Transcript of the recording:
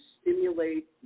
stimulate